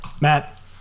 Matt